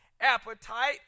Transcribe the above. appetite